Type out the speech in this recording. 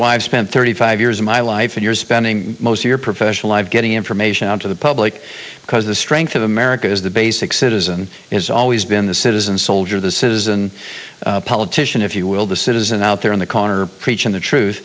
i've spent thirty five years of my life and you're spending most of your professional life getting information out to the public because the strength of america is the basic citizen it's always been the citizen soldier the citizen politician if you will the citizen out there in the corner preaching the truth